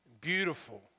Beautiful